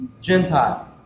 Gentile